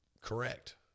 correct